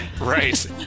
Right